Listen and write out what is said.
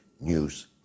News